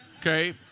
Okay